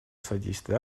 содействия